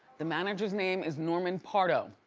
the manager's name is norman pardo.